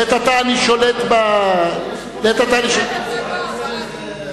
לעת עתה אני שולט יפה מאוד בעניינים.